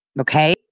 Okay